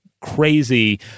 crazy